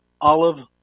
olive